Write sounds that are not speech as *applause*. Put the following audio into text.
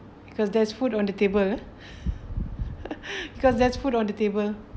because there's food on the table ah *laughs* because there's food on the table